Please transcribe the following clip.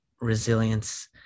resilience